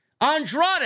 Andrade